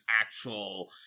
actual